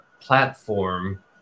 platform